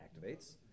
activates